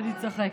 אני צוחקת.